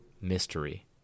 mystery